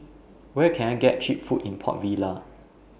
Where Can I get Cheap Food in Port Vila